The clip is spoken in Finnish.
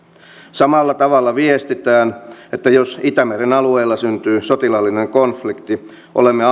samalla tavalla viestitään että jos itämeren alueella syntyy sotilaallinen konflikti olemme